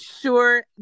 sure